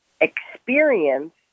experience